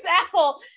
asshole